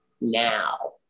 now